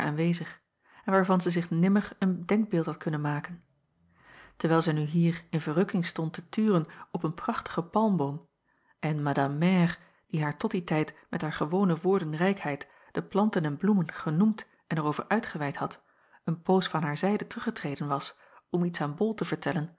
aanwezig en waarvan zij zich nimmer een denkbeeld had kunnen maken terwijl zij nu hier in verrukking stond te turen op een prachtigen palmboom en madame mère die haar tot dien tijd met haar gewone woordenrijkheid de planten en bloemen genoemd en er over uitgeweid had een poos van haar zijde teruggetreden was om iets aan bol te vertellen